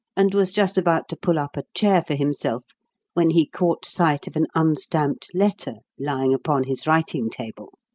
and was just about to pull up a chair for himself when he caught sight of an unstamped letter lying upon his writing-table.